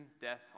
death